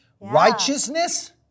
Righteousness